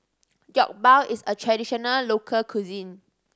jokbal is a traditional local cuisine